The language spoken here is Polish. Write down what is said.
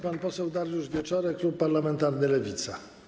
Pan poseł Dariusz Wieczorek, klub parlamentarny Lewica.